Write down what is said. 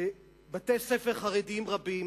שבתי-ספר חרדיים רבים